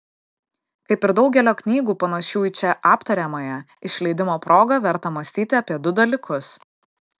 kaip ir daugelio knygų panašių į čia aptariamąją išleidimo proga verta mąstyti apie du dalykus